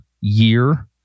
year